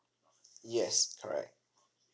yes correct